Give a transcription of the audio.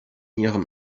ihrem